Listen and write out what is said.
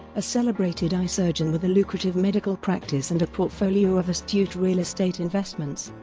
a celebrated eye surgeon with a lucrative medical practice and a portfolio of astute real-estate investments.